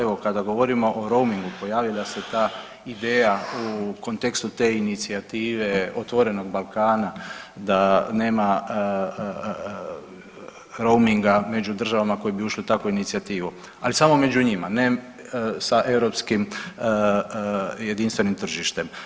Evo kada govorimo o romingu pojavila se ta ideja u kontekstu te inicijative otvorenog Balkana da nema rominga među državama koje bi ušle u takvu inicijativu, ali samo među njima, ne sa europskim jedinstvenim tržištem.